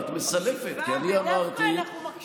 כי אני אמרתי, דווקא אנחנו מקשיבות.